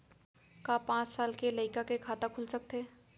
का पाँच साल के लइका के खाता खुल सकथे?